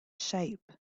shape